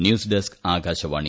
news desk Akashvani